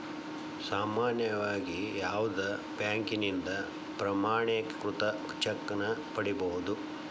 ಸಾಮಾನ್ಯವಾಗಿ ಯಾವುದ ಬ್ಯಾಂಕಿನಿಂದ ಪ್ರಮಾಣೇಕೃತ ಚೆಕ್ ನ ಪಡಿಬಹುದು